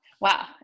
wow